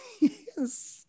Yes